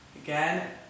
Again